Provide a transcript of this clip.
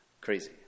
Crazy